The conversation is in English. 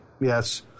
yes